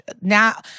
now